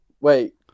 wait